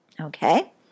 Okay